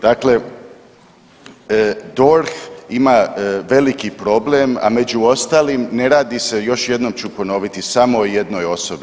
Dakle, DORH ima veliki problem, a među ostalim ne radi još jednom ću ponoviti samo o jednoj osobi.